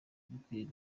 bikwiriye